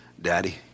Daddy